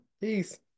Peace